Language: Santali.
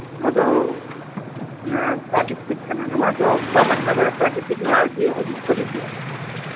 ᱱᱚᱶᱟ ᱫᱚ ᱯᱨᱟᱠᱤᱨᱛᱤᱠ ᱠᱟᱱᱟ ᱱᱚᱶᱟ ᱫᱚ ᱵᱟᱢ ᱟᱴᱠᱟᱣ ᱫᱟᱲᱮᱭᱟᱜᱼᱟ ᱯᱨᱟᱠᱤᱛᱤᱠ ᱱᱚᱶᱟ ᱫᱚ ᱦᱤᱡᱩᱜ ᱦᱤᱡᱩᱜ ᱜᱮᱭᱟ